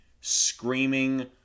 screaming